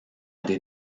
des